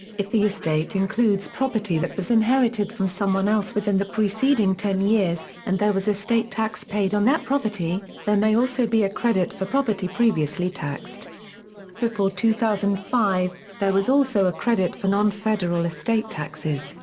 if the estate includes property that was inherited from someone else within the preceding ten years, and there was estate tax paid on that property, there may also be a credit for property previously taxed before two thousand and five, there was also a credit for non-federal estate taxes,